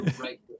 right